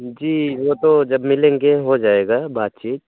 जी वह तो जब मिलेंगे हो जाएगा बातचीत